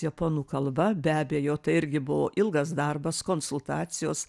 japonų kalba be abejo tai irgi buvo ilgas darbas konsultacijos